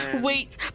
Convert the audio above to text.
Wait